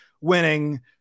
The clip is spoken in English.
winning